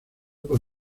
por